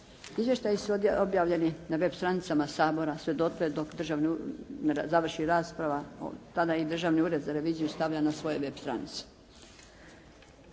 Izvještaji su objavljeni web stranicama Sabora sve dotle dok ne završi rasprava. Tada ih Državni ured za reviziju stavlja na svoje web stranice.